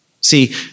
See